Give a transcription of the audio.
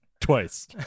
twice